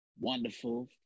wonderful